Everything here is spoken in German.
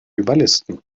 überlisten